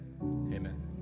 Amen